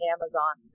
Amazon